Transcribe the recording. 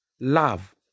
love